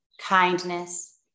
kindness